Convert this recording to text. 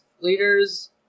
leaders